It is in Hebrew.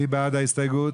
מי בעד ההסתייגות?